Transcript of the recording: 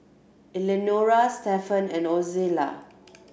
Eleanora Stefan and Ozella